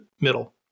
middle